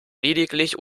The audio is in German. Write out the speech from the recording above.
lediglich